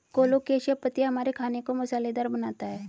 colocasia पत्तियां हमारे खाने को मसालेदार बनाता है